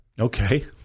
Okay